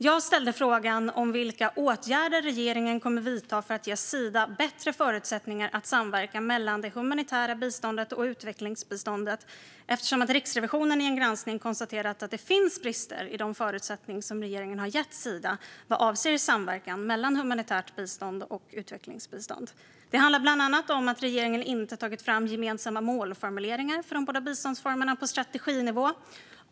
Jag ställde frågan om vilka åtgärder regeringen kommer att vidta för att ge Sida bättre förutsättningar att samverka mellan det humanitära biståndet och utvecklingsbiståndet eftersom Riksrevisionen i en granskning konstaterat att det finns brister i de förutsättningar som regeringen har gett Sida vad avser samverkan mellan humanitärt bistånd och utvecklingsbistånd. Det handlar bland annat om att regeringen inte har tagit fram gemensamma målformuleringar för de båda biståndsformerna på strateginivå.